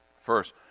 first